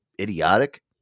idiotic